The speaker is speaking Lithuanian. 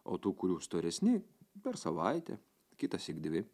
o tų kurių storesni per savaitę kitąsyk dvi